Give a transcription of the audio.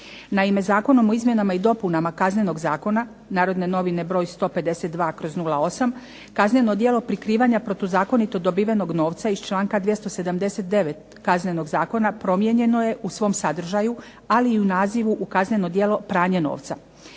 Naime, Zakonom o izmjenama i dopunama Kaznenog zakona iz 2008. godine kazneno djelo prikrivanja protuzakonito dobivenog novca iz članka 279. Kaznenog zakona promijenjeno je u svom sadržaju ali i u nazivu kazneno djelo pranja novca.